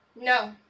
no